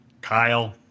Kyle